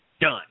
done